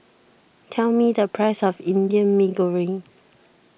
tell me the price of Indian Mee Goreng